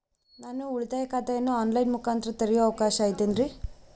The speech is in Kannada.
ನಾನು ಉಳಿತಾಯ ಖಾತೆಯನ್ನು ಆನ್ ಲೈನ್ ಮುಖಾಂತರ ತೆರಿಯೋ ಅವಕಾಶ ಐತೇನ್ರಿ?